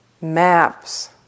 maps